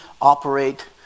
operate